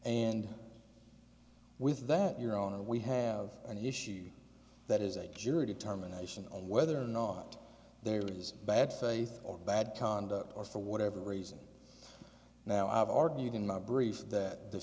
and with that you're on a we have an issue that is a jury determination on whether or not there is bad faith or bad conduct or for whatever reason now i have argued in my brief that the